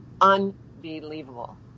unbelievable